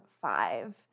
five